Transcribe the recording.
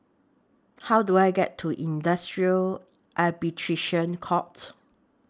How Do I get to Industrial Arbitration Court